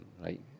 right